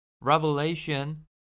Revelation